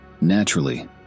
Naturally